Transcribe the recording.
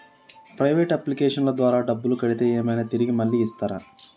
Private అప్లికేషన్ల ద్వారా డబ్బులు కడితే ఏమైనా తిరిగి మళ్ళీ ఇస్తరా?